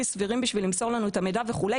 סבירים על מנת למסור לנו את המידע וכו',